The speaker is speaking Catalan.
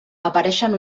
apareixen